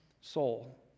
soul